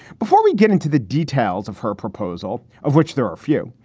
before we get into the details of her proposal, of which there are a few.